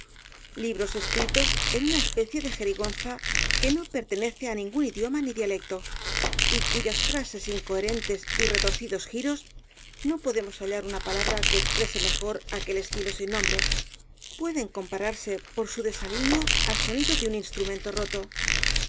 libros escritos en una especie de jerigonza que no pertenece á ningún idioma ni dialecto y cuyas frases incoherentes y retorcidos giros no podemos hallar una palabra que exprese mejor aquel estilo sin nombre pueden compararse por su desaliño al sonido de un instrumento roto